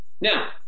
Now